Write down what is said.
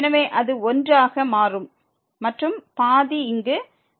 எனவே அது 1 ஆக மாறும் மற்றும் பாதி அங்கு உள்ளது